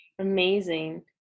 Amazing